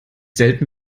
selten